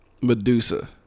Medusa